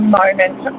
moment